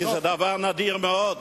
כי זה דבר נדיר מאוד.